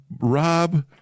Rob